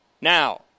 Now